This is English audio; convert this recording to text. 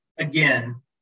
Again